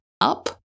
up